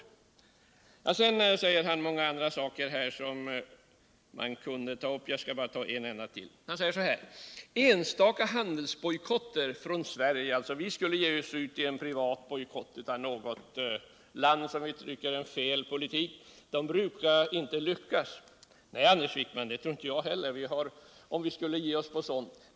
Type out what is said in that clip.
Sedan säger Anders Wijkman många andra saker, som jag tyvärr inte hinner ta upp. Jag skall bara ta en enda till. Han säger att enstaka handelsbojkotter från Sverige. dvs. om vi skulle bojkotta något annat land som vi tycker för en felaktig politik, inte brukar lyckas. Nej. Anders Wijkman. jag tror inte heller att vi skulle lyckas, om vi skulle ge oss på det.